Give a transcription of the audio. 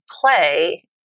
play